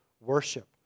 worship